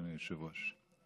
אדוני היושב-ראש,